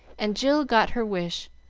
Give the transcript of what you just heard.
and jill got her wish,